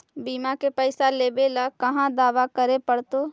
बिमा के पैसा लेबे ल कहा दावा करे पड़तै?